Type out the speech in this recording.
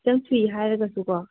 ꯍꯥꯏꯔꯒꯁꯨꯀꯣ